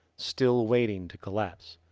still waiting to collapse.